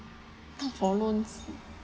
for loans